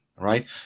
right